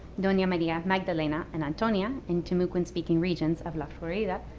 dona maria magdalena and antonia in timucuan-speaking regions of la florida,